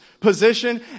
position